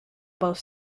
both